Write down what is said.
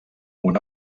una